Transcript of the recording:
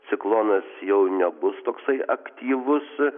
ciklonas jau nebus toksai aktyvus